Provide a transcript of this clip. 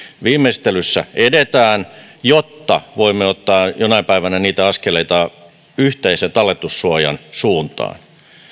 viimeistelyssä edetään jotta voimme ottaa jonain päivänä niitä askeleita yhteisen talletussuojan suuntaan